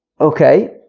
Okay